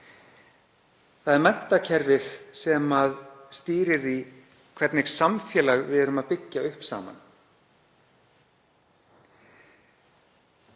Það er menntakerfið sem stýrir því hvernig samfélag við erum að byggja upp saman,